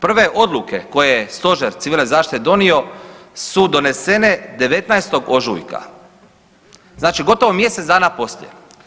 Prve odluke koje je Stožer Civilne zaštite donio su donesene 19. ožujka, znači gotovo mjesec dana poslije.